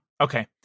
Okay